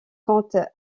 contes